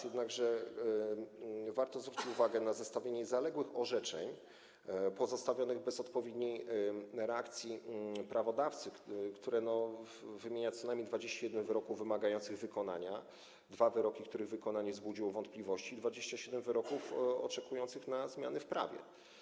Jednakże warto zwrócić uwagę na zestawienie zaległych orzeczeń pozostawionych bez odpowiedniej reakcji prawodawcy, które wymienia co najmniej 21 wyroków wymagających wykonania, dwa wyroki, których wykonanie wzbudziło wątpliwości, i 27 wyroków oczekujących na zmiany w prawie.